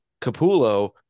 Capullo